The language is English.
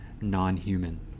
non-human